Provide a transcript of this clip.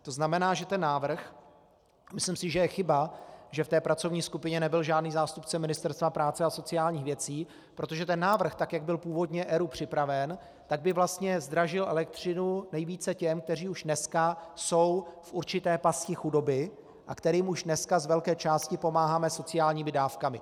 Myslím si, že je chyba, že v té pracovní skupině nebyl žádný zástupce Ministerstva práce a sociálních věcí, protože ten návrh, tak jak byl původně ERÚ připraven, tak by vlastně zdražil elektřinu nejvíce těm, kteří už dneska jsou v určité pasti chudoby a kterým už dneska z velké části pomáháme sociálními dávkami.